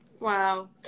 Wow